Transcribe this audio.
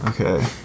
Okay